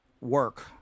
work